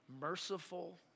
merciful